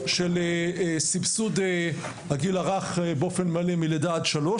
של סבסוד הגיל הרך באופן מלא מלידה עד שלוש.